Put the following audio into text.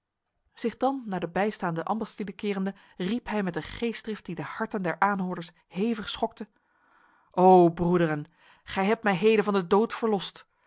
zich dan naar de bijstaande ambachtslieden kerende riep hij met een geestdrift die de harten der aanhoorders hevig schokte o broederen gij hebt mij heden van de dood verlost